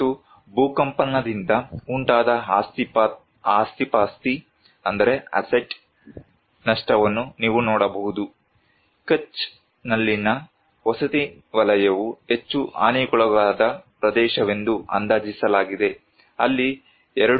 ಮತ್ತು ಭೂಕಂಪನದಿಂದ ಉಂಟಾದ ಆಸ್ತಿಪಾಸ್ತಿ ನಷ್ಟವನ್ನು ನೀವು ನೋಡಬಹುದು ಕಚ್ನಲ್ಲಿನ ವಸತಿ ವಲಯವು ಹೆಚ್ಚು ಹಾನಿಗೊಳಗಾದ ಪ್ರದೇಶವೆಂದು ಅಂದಾಜಿಸಲಾಗಿದೆ ಅಲ್ಲಿ 2